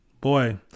boy